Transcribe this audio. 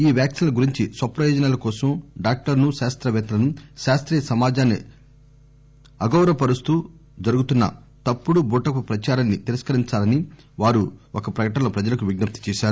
ఈ వ్యాక్సిన్ల గురించి స్వప్రయోజనాల కోసం డాక్టర్లను శాస్త్రవేత్తలను శాస్త్రీయ సమాజాన్ని అగౌరవపరుస్తూ జరుగుతున్న తప్పుడు బూటకపు ప్రచారాన్ని తిరస్కరించాలని వారు ఒక ప్రకటనలో ప్రజలకు విజ్ఞప్తి చేశారు